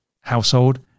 household